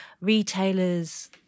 retailers